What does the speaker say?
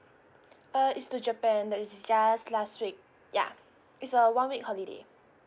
uh is to japan that is just last week ya it's a one week holiday